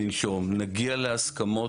ננשום, נגיע להסכמות,